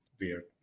weird